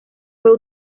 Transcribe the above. fue